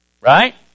right